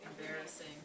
Embarrassing